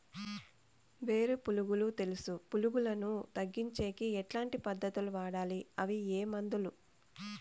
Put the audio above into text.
వేరు పులుగు తెలుసు పులుగులను తగ్గించేకి ఎట్లాంటి పద్ధతులు వాడాలి? అవి ఏ మందులు?